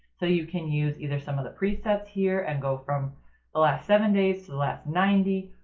so you can use either some of the presets here and go from the last seven days to the last ninety,